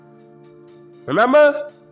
Remember